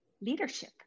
leadership